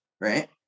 right